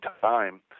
time